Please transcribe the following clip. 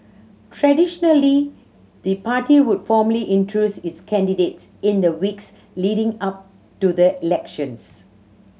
traditionally the party would formally introduce its candidates in the weeks leading up to the elections